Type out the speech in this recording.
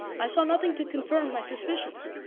i saw nothing to confirm my suspicions.